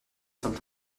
some